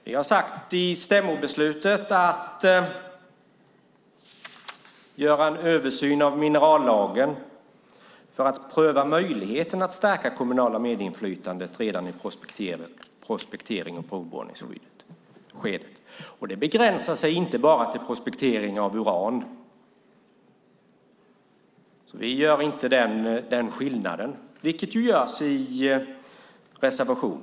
Vi sade i stämmobeslutet att vi skulle göra en översyn av minerallagen för att pröva möjligheten att stärka det kommunala medinflytandet redan i prospekterings och provborrningsskedet. Det begränsas inte bara till prospektering av uran. Vi gör inte skillnad där, till skillnad från vad man gör i reservationen.